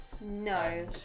No